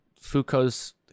Foucault's